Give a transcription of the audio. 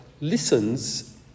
listens